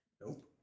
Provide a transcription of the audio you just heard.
Nope